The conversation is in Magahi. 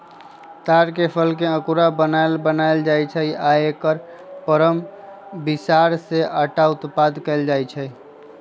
तार के फलके अकूरा बनाएल बनायल जाइ छै आ एकर परम बिसार से अटा उत्पादन कएल जाइत हइ